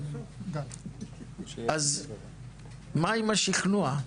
אז מה עם השכנוע?